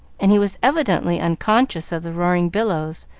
and he was evidently unconscious of the roaring billows,